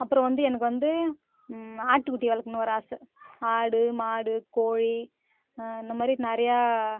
அப்றம் வந்து எனக்கு வந்து ஆட்டுக்குட்டி வளக்கணுன்னு ஒரு ஆசை ஆடு மாடு கோழி இந்த மாதிரி நிறையா